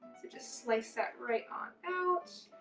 so just slice that right on out.